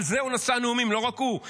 על זה הוא נשא נאומים, לא רק הוא.